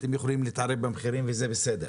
שאתם יכולים להתערב במחירים וזה בסדר.